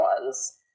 ones